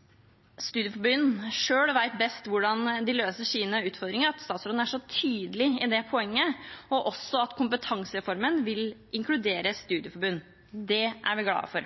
og også at kompetansereformen vil inkludere studieforbundene. Det er vi glad for.